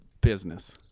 business